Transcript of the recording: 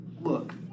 look